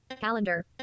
Calendar